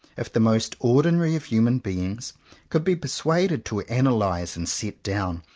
if the most ordinary of human beings could be persuaded to analyze and set down,